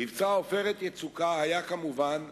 מבצע "עופרת יצוקה" היה, כמובן,